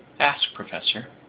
ask, professor.